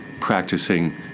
practicing